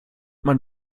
man